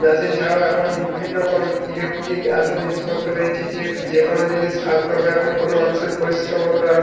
machine ছাড়াও এখন বিভিন্ন রকম ইলেকট্রিক এতো জিনিসপত্র বেড়িয়েছে যে যে কোনো জিনিস কাজকর্মে এখন কোনো মানুষের পরিশ্রম অতোটা